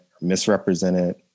misrepresented